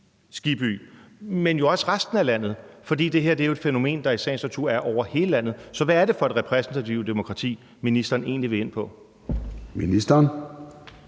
men jo også i resten af landet, for det her er et fænomen, der i sagens natur er over hele landet? Så hvad er det for et repræsentativt demokrati, ministeren egentlig vil ind på? Kl.